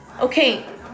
Okay